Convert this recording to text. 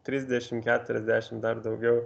trisdešimt keturiasdešimt dar daugiau